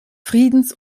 friedens